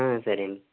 సరేండి